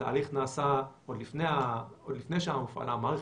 התהליך נעשה עוד לפני שהופעלה המערכת,